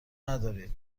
ندارید